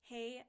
Hey